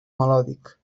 melòdic